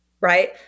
right